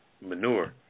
manure